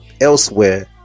elsewhere